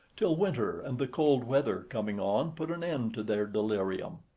till winter and the cold weather coming on put an end to their delirium.